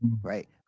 right